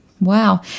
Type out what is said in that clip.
Wow